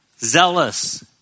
zealous